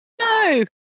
No